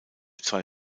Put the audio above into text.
zwei